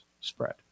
spread